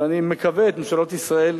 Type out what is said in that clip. ואני מקווה את ממשלות ישראל,